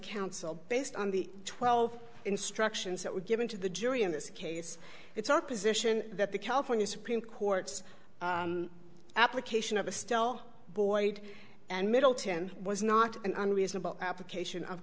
counsel based on the twelve instructions that were given to the jury in this case it's our position that the california supreme court's application of the stele boyd and middleton was not an unreasonable application of